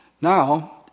Now